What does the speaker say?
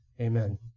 Amen